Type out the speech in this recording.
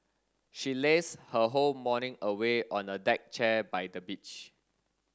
she lazed her whole morning away on a deck chair by the beach